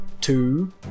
two